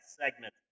segment